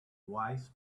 wise